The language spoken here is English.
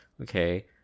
okay